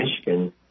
Michigan